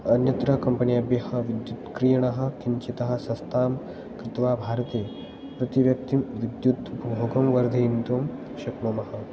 अन्यत्र कम्पणी अपि ह विद्युत्क्रयणं किञ्चित् सस्तां कृत्वा भारते प्रतिव्यक्ति विद्युत्भोगं वर्धयितुं शक्नुमः